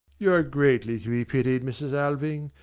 you are greatly to be pitied, mrs. alving.